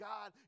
God